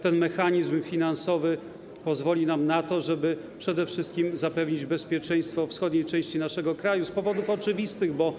Ten mechanizm finansowy pozwoli nam na to, żeby przede wszystkim zapewnić bezpieczeństwo wschodniej części naszego kraju z oczywistych powodów.